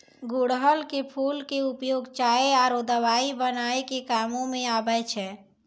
गुड़हल के फूल के उपयोग चाय आरो दवाई बनाय के कामों म आबै छै